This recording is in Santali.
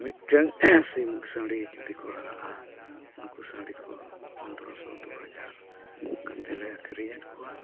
ᱢᱤᱫᱴᱟᱝ ᱥᱤᱢ ᱥᱟᱺᱰᱤ ᱡᱩᱫᱤᱠᱚ ᱦᱟᱨᱟᱜᱼᱟ ᱩᱱᱠᱩ ᱥᱟᱺᱰᱤᱠᱚ ᱯᱚᱱᱮᱨᱚᱥᱚ ᱫᱩ ᱦᱟᱡᱟᱨ ᱠᱟᱛᱮᱫᱞᱮ ᱟᱹᱠᱷᱟᱨᱤᱧᱮᱫ ᱠᱚᱣᱟ